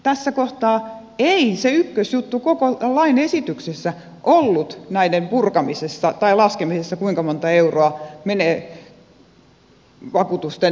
tässä kohtaa ei se ykkösjuttu koko lakiesityksessä ollut näiden purkamisessa tai sen laskemisessa kuinka monta euroa menee vakuutusten maksamiseen vaan näiden puskurien yhdistämisessä